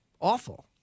awful